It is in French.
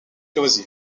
loisirs